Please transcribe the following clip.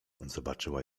zobaczyła